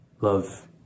Love